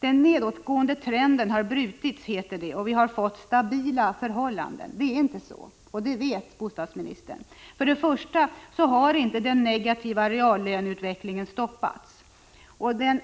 Den nedåtgående trenden har brutits”, heter det, ”och vi har fått stabila förhållanden.” Det är inte så, och det vet bostadsministern. För det första har inte den negativa reallöneutvecklingen stoppats. Och det